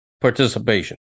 participation